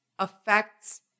affects